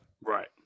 Right